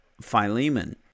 Philemon